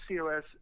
COS